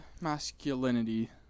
masculinity